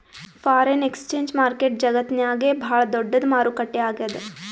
foreign exchange market ಜಗತ್ತ್ನಾಗೆ ಭಾಳ್ ದೊಡ್ಡದ್ ಮಾರುಕಟ್ಟೆ ಆಗ್ಯಾದ